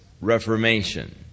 reformation